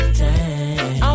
time